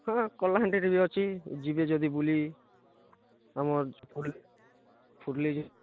ହଁ କଲାହାଣ୍ଡିରେ ବି ଅଛି ଯିବେ ଯଦି ବୁଲି ଆମର୍ ଫୁଲି